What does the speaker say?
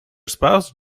spouse